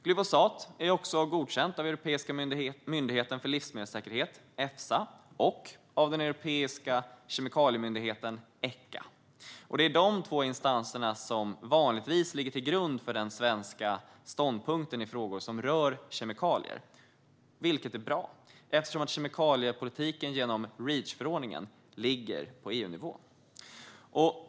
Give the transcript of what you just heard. Glyfosat är också godkänt av Europeiska myndigheten för livsmedelssäkerhet, Efsa, och av Europeiska kemikaliemyndigheten Echa. Det är de två instansernas ståndpunkter som vanligtvis ligger till grund för den svenska ståndpunkten i frågor som rör kemikalier. Det är bra, eftersom kemikaliepolitiken genom Reachförordningen ligger på EU-nivå.